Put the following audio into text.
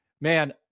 man